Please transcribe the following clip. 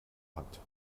hat